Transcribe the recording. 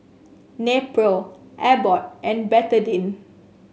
Nepro Abbott and Betadine